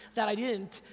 that i didn't,